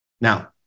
Now